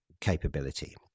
capability